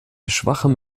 schwachem